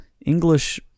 English